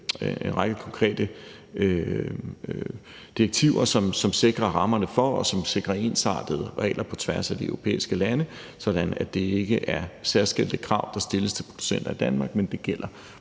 en række konkrete direktiver som sikrer rammerne for, og som sikrer ensartede regler på tværs af de europæiske lande, sådan at det ikke er særskilte krav, der stilles til producenter i Danmark, men at de gælder